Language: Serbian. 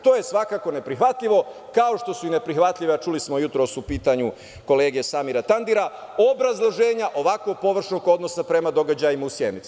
To je svakako neprihvatljivo, kao što su i neprihvatljive, a čuli smo jutros u pitanju kolege Samira Tandira, obrazloženja ovakvog površnog odnosa prema događajima u Sjenici.